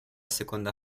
seconda